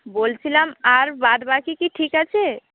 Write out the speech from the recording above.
বলছিলাম আর বাদ বাকি কি ঠিক আছে